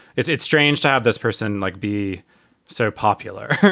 it's it's strange to have this person, like, be so popular,